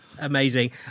Amazing